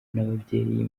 n’ababyeyi